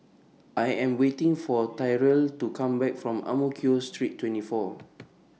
I Am waiting For Tyrel to Come Back from Ang Mo Kio Street twenty four